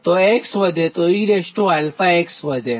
તો x વધે એટલે e𝛼x વધે